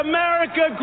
America